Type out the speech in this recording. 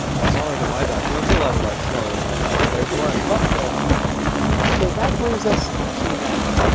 smaller than my dog. you don't see a lot of dogs smaller than my dog. there's one keep up there so that brings us to now.